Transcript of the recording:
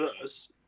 first